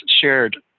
shared